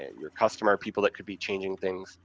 your customer, people that could be changing things,